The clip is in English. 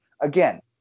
Again